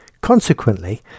Consequently